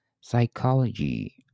psychology